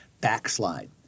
backslide